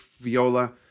viola